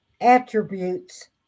attributes